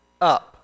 up